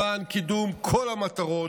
למען קידום כל המטרות,